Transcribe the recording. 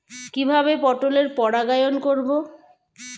কিভাবে পটলের পরাগায়ন করব?